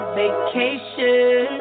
vacation